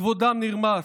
כבודם נרמס.